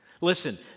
Listen